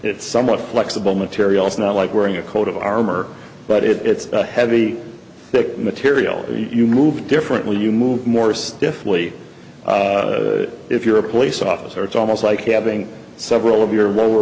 it's somewhat flexible material it's not like wearing a coat of armor but it's a heavy thick material you move differently you move more stiffly if you're a police officer it's almost like having several of your lower